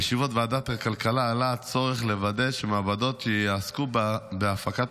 ישיבות ועדת הכלכלה עלה הצורך לוודא שמעבדות שיעסקו בהפקת